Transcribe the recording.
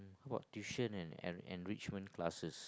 about tuition and en~ enrichment classes